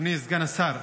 אדוני סגן השר,